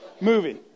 Movie